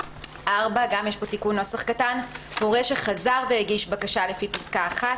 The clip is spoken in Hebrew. (4)" גם פה יש תיקון נוסח קטן,"הורה שחזר והגיש בקשה לפי פסקה (1),